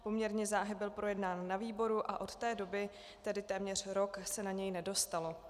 Poměrně záhy byl projednán na výboru a od té doby, tedy téměř rok, se na něj nedostalo.